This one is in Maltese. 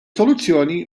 soluzzjoni